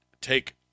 take